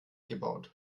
gebaut